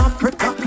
Africa